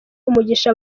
umugisha